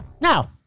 Now